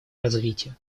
развитию